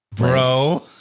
Bro